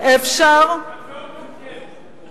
את לא מעודכנת.